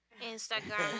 Instagram